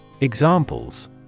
Examples